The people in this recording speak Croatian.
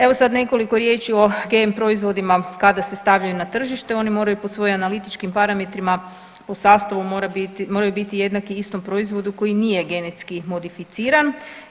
Evo sad nekoliko riječi o GMO proizvodima kada se stavljaju na tržište oni moraju po svojim analitičkim parametrima, po sastavu moraju biti jednaki istom proizvodu koji nije genetski modificiran.